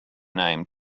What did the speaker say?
name